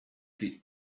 bit